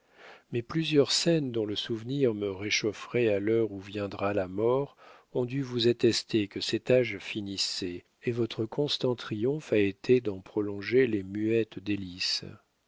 mais plusieurs scènes dont le souvenir me réchaufferait à l'heure où viendra la mort ont dû vous attester que cet âge finissait et votre constant triomphe a été d'en prolonger les muettes délices